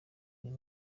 uyu